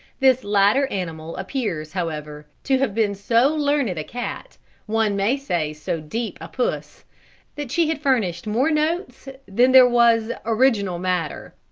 this latter animal appears, however, to have been so learned a cat one may say so deep a puss that she had furnished more notes than there was original matter.